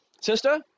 Sister